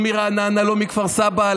לא מרעננה ולא מכפר סבא,